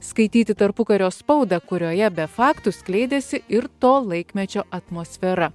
skaityti tarpukario spaudą kurioje be faktų skleidėsi ir to laikmečio atmosfera